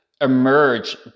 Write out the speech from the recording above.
emerge